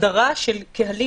הדרה של קהלים,